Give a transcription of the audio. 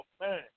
man